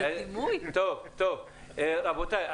רבותיי,